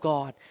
God